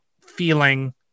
feeling